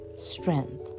strength